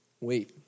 Wait